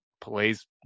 plays